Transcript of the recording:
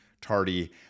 tardy